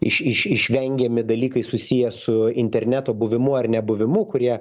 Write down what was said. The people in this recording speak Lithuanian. iš iš išvengiami dalykai susiję su interneto buvimu ar nebuvimu kurie